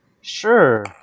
Sure